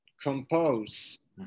compose